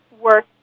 work